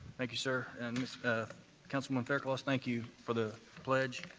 thank you, sir, and councilman fairclough, thank you for the pledge.